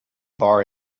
bar